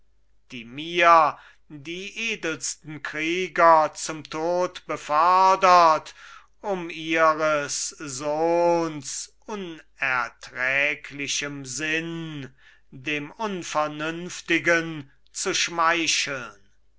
die mir die edelsten krieger zum tod befördert um ihres sohns unerträglichem sinn dem unvernünft'gen zu schmeicheln